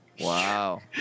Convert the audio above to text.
Wow